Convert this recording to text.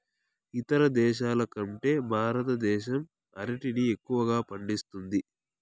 ఇతర దేశాల కంటే భారతదేశం అరటిని ఎక్కువగా పండిస్తుంది